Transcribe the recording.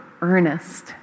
earnest